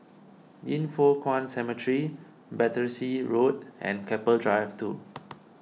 Yin Foh Kuan Cemetery Battersea Road and Keppel Drive two